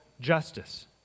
justice